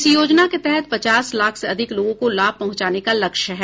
इस योजना के तहत पचास लाख से अधिक लोगों को लाभ पहुंचाने का लक्ष्य है